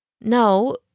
No